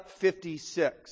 56